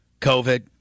covid